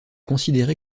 considérée